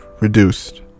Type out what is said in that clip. reduced